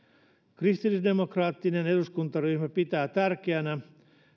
kristillisdemokraattinen eduskuntaryhmä pitää tärkeänä